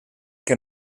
que